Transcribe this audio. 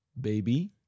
baby